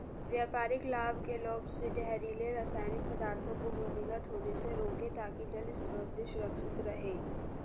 व्यापारिक लाभ के लोभ से जहरीले रासायनिक पदार्थों को भूमिगत होने से रोकें ताकि जल स्रोत भी सुरक्षित रहे